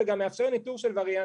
וגם מאפשר ניטור של וריאנטים.